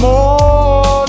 More